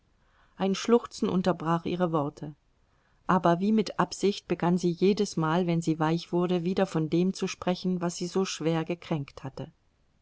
ein schluchzen unterbrach ihre worte aber wie mit absicht begann sie jedesmal wenn sie weich wurde wieder von dem zu sprechen was sie so schwer gekränkt hatte